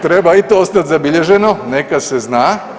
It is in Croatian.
E treba i to ostati zabilježeno, neka se zna.